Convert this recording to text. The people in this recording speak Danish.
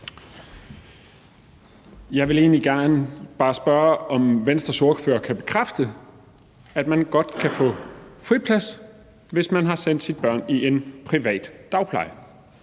Jeg vil egentlig bare gerne spørge, om Venstres ordfører kan bekræfte, at man godt kan få friplads, hvis man har sendt sine børn i en privat dagpleje.